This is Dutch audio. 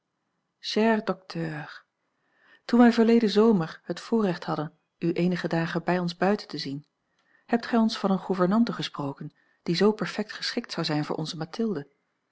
docteur toen wij verleden zomer het voorrecht hadden u eenige dagen bij ons buiten te zien hebt gij ons van eene gouvernante gesproken die zoo perfekt geschikt zou zijn voor onze mathilde